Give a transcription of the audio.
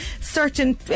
certain